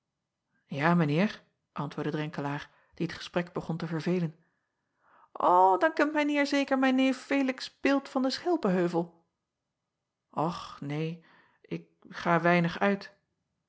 a mijn eer antwoordde renkelaer dien t gesprek begon te verveelen dan kent mijn eer zeker mijn neef elix ilt van den chelpenheuvel ch neen ik ga weinig uit